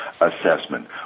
assessment